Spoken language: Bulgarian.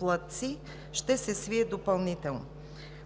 платци ще се свие допълнително.